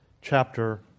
chapter